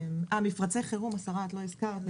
מפרצי חירום, השרה, את לא הזכרת.